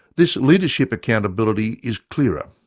this leadership accountability is clearer.